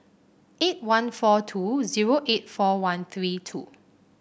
eight one four two zero eight four one three two